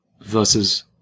versus